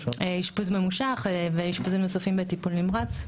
אשפוז ממושך ואשפוזים נוספים בטיפול נמרץ.